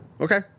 Okay